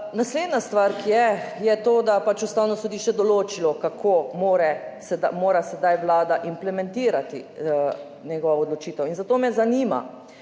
Naslednja stvar, ki je, je to, da je Ustavno sodišče določilo, kako mora sedaj Vlada implementirati njegovo odločitev. Zato me zanima: